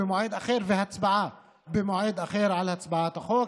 במועד אחר והצבעה במועד אחר על הצעת החוק,